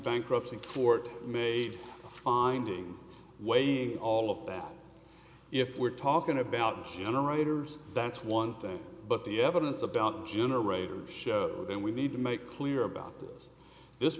bankruptcy court made a finding way all of that if we're talking about generators that's one thing but the evidence about generators and we need to make clear about this